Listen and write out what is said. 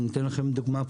אציג לכם דוגמה פשוטה: